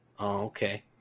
Okay